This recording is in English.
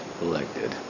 elected